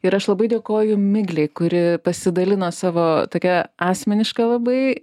ir aš labai dėkoju miglei kuri pasidalino savo tokia asmeniška labai